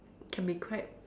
can be quite